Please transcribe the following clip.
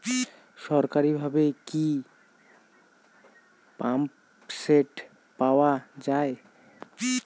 সরকারিভাবে কি পাম্পসেট পাওয়া যায়?